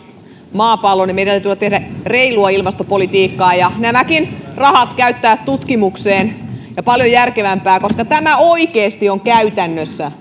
maapallon niin meidän tulee tehdä reilua ilmastopolitiikkaa ja nämäkin rahat käyttää tutkimukseen ja paljon järkevämpään koska tämä oikeasti on käytännössä